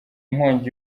inkongi